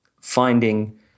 finding